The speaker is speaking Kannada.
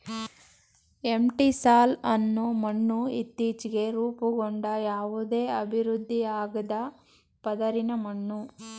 ಎಂಟಿಸಾಲ್ ಅನ್ನೋ ಮಣ್ಣು ಇತ್ತೀಚ್ಗೆ ರೂಪುಗೊಂಡ ಯಾವುದೇ ಅಭಿವೃದ್ಧಿಯಾಗ್ದ ಪದರಿನ ಮಣ್ಣು